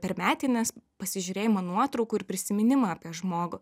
per metines pasižiūrėjimą nuotraukų ir prisiminimą apie žmogų